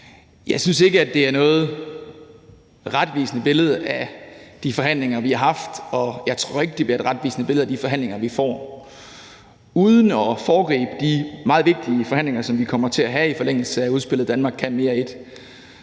Jeg synes ikke, at det er noget retvisende billede af de forhandlinger, vi har haft, og jeg tror ikke, det bliver et retvisende billede af de forhandlinger, vi får. Uden at foregribe de meget vigtige forhandlinger, som vi kommer til at have i forlængelse af udspillet »Danmark kan mere I«,